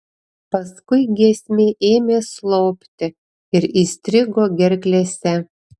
paskui giesmė ėmė slopti ir įstrigo gerklėse